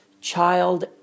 child